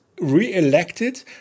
re-elected